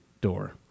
door